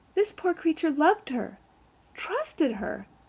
this poor creature loved her trusted her.